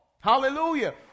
Hallelujah